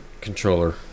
controller